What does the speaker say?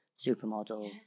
supermodel